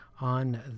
on